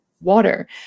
water